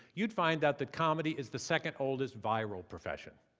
you'd find out that comedy is the second oldest viral profession.